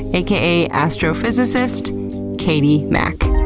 aka astrophysicist katie mack.